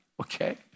okay